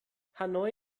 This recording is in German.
hanoi